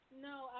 No